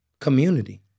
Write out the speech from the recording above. community